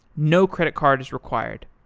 no credit card is required.